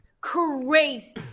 crazy